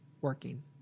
working